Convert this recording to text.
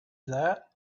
that